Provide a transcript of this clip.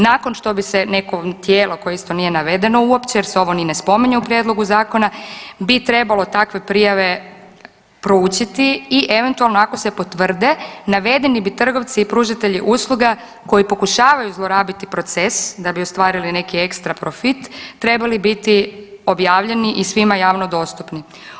Nakon što bi se neko tijelo koje isto nije navedeno uopće jer se ovo ni ne spominje u prijedlogu Zakona, bi trebalo takve prijave proučiti i eventualno, ako se potvrde, navedeni bi trgovci i pružatelji usluga koji pokušavaju zlorabiti proces da bi ostvarili neki ekstra profit, trebali biti objavljeni i svima javno dostupni.